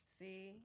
See